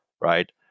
Right